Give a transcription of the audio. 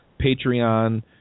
Patreon